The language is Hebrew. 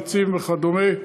ביצים וכדומה,